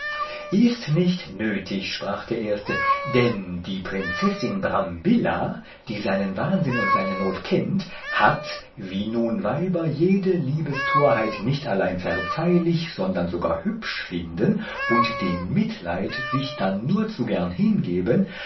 ist nicht nötig sprach der erste denn die prinzessin brambilla die seinen wahnsinn und seine not kennt hat wie nun weiber jede liebestorheit nicht allein verzeihlich sondern gar hübsch finden und dem mitleid sich dann nur zu gern hingeben